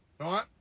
right